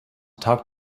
talk